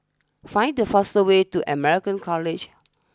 find the fast way to American College